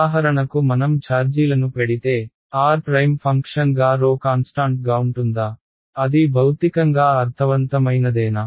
ఉదాహరణకు మనం ఛార్జీలను పెడితే r ప్రైమ్ ఫంక్షన్గా ⍴ కాన్స్టాంట్ గాఉంటుందా అది భౌతికంగా అర్థవంతమైనదేనా